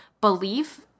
belief